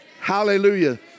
Hallelujah